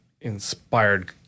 inspired